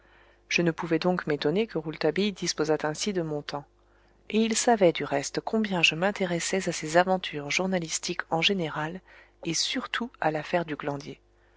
je ne pouvais donc m'étonner que rouletabille disposât ainsi de mon temps et il savait du reste combien je m'intéressais à ses aventures journalistiques en général et surtout à l'affaire du